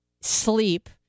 sleep